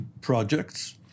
projects